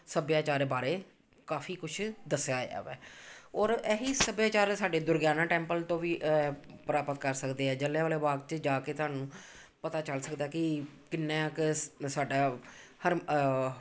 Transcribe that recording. ਸੱਭਿਆਚਾਰ ਬਾਰੇ ਕਾਫ਼ੀ ਕੁਛ ਦੱਸਿਆ ਹੋਇਆ ਹੈ ਔਰ ਇਹ ਹੀ ਸੱਭਿਆਚਾਰ ਸਾਡੇ ਦੁਰਗਿਆਨਾ ਟੈਂਪਲ ਤੋਂ ਵੀ ਪ੍ਰਾਪਤ ਕਰ ਸਕਦੇ ਹੈ ਜਲ੍ਹਿਆਂ ਵਾਲੇ ਬਾਗ 'ਚ ਜਾ ਕੇ ਤੁਹਾਨੂੰ ਪਤਾ ਚੱਲ ਸਕਦਾ ਕਿ ਕਿੰਨਾ ਕੁ ਸ ਸਾਡਾ ਹਰ